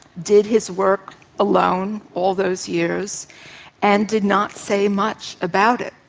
did his work alone all those years and did not say much about it.